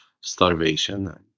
starvation